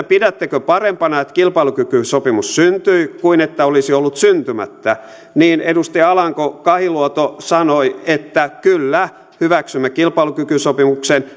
pidättekö parempana että kilpailukykysopimus syntyi kuin että olisi ollut syntymättä niin edustaja alanko kahiluoto sanoi että kyllä hyväksymme kilpailukykysopimuksen